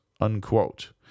unquote